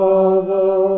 Father